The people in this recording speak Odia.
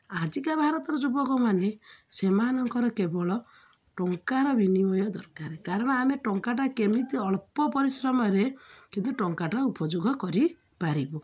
ଆଜିକା ଭାରତର ଯୁବକମାନେ ସେମାନଙ୍କର କେବଳ ଟଙ୍କାର ବିନିମୟ ଦରକାରେ କାରଣ ଆମେ ଟଙ୍କାଟା କେମିତି ଅଳ୍ପ ପରିଶ୍ରମରେ କିନ୍ତୁ ଟଙ୍କାଟା ଉପଯୋଗ କରିପାରିବୁ